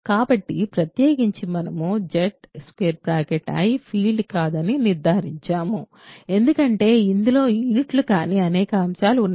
కాబట్టి ప్రత్యేకించి మనము Zi ఫీల్డ్ కాదని నిర్ధారించాము ఎందుకంటే ఇందులో యూనిట్లు కాని అనేక అంశాలు ఉన్నాయి